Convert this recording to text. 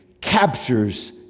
captures